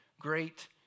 great